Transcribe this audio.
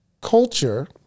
culture